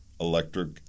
Electric